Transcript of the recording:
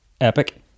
epic